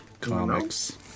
Comics